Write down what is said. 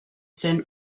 zen